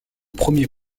premier